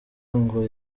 ngo